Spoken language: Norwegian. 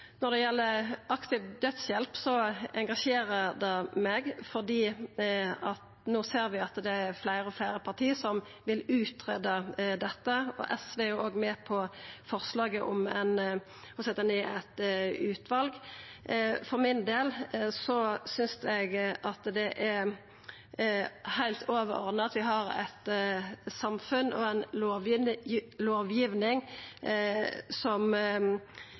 Når det gjeld aktiv dødshjelp, engasjerer det meg, for vi ser no at det er fleire og fleire parti som vil greia ut dette. SV er òg med på forslaget om å setja ned eit utval. For min del synest eg det er heilt overordna at vi har eit samfunn og ei lovgiving som